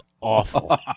awful